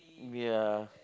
ya